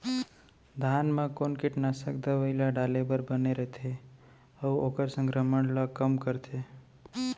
धान म कोन कीटनाशक दवई ल डाले बर बने रइथे, अऊ ओखर संक्रमण ल कम करथें?